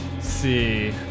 See